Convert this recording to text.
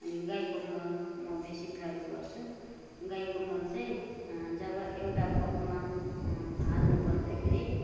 अनि गाईको मल म बेसी प्रयोग गर्छु गाईको मल चाहिँ जब एउटा पटमा हाल्नुपर्दाखेरि